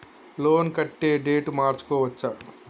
Loan కట్టే date మార్చుకోవచ్చా?